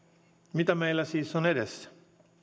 mitä meillä siis on edessä